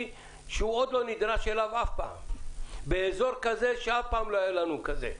שהוא לא נדרש אליו עדיין אף פעם באזור שלא היה אף פעם כזה.